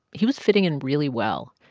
he was fitting in really well.